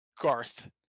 garth